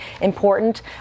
important